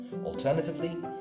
Alternatively